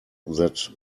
that